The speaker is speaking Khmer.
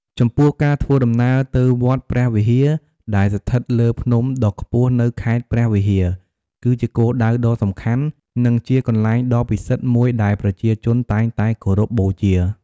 ចំពោះ ការធ្វើដំណើរទៅវត្តព្រះវិហារ ដែលស្ថិតលើភ្នំដ៏ខ្ពស់នៅខេត្តព្រះវិហារ គឺជាគោលដៅដ៏សំខាន់ និងជាកន្លែងដ៏ពិសិដ្ឋមួយដែលប្រជាជនតែងតែគោរពបូជា។